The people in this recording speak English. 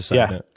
so yeah.